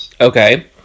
okay